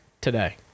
Today